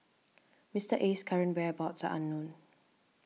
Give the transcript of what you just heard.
Mister Aye's current whereabouts unknown